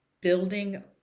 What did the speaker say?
building